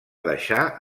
deixar